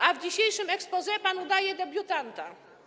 A w dzisiejszym exposé pan udaje debiutanta.